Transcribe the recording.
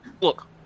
look